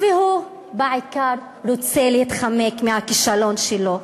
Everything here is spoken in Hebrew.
והוא בעיקר רוצה להתחמק מהכישלון שלו.